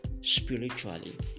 spiritually